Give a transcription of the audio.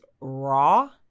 raw